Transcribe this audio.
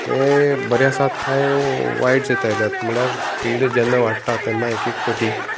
ते बरे आसात काय वायट जायत आयल्यात म्हणल्यार स्पीड जेन्ना वाडटा तेन्ना एक एक पाटी